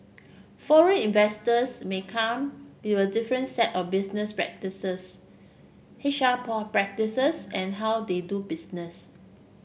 foreign investors may come with a different set of business practices H R practices and how they do business